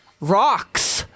rocks